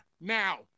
Now